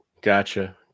gotcha